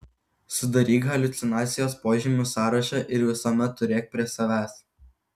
sudaryk haliucinacijos požymių sąrašą ir visuomet turėk prie savęs